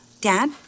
Dad